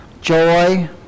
joy